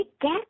get